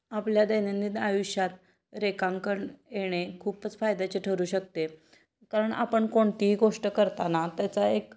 आपल्या दैनंदिन आयुष्यात रेखांकन येणे खूपच फायद्याचे ठरू शकते कारण आपण कोणतीही गोष्ट करताना त्याचा एक